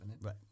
Right